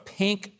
pink